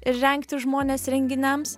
ir rengti žmones renginiams